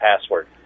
password